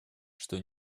что